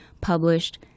published